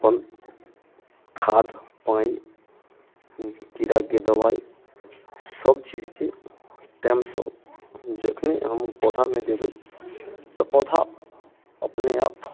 अपन खाद पानि कीड़ाके दबाइ सब चीजके टाइमसँ जखने हम पौधामे देबै तऽ पौधा अपने आप